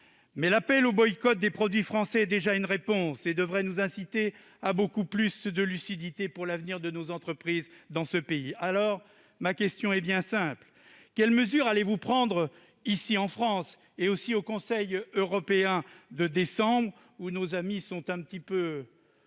mais l'appel au boycott des produits français est déjà une réponse qui devrait nous inciter à beaucoup plus de lucidité sur l'avenir de nos entreprises dans ce pays. Ma question est bien simple : quelles mesures allez-vous prendre, au niveau national comme au Conseil européen de décembre prochain, où le soutien